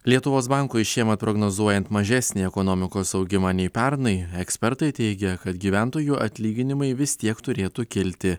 lietuvos bankui šiemet prognozuojant mažesnį ekonomikos augimą nei pernai ekspertai teigia kad gyventojų atlyginimai vis tiek turėtų kilti